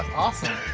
awesome.